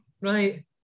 right